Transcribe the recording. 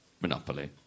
Monopoly